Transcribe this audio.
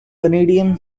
canadian